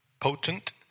Potent